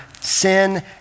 sin